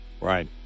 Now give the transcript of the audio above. right